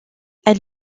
elle